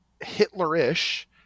Hitler-ish